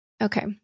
Okay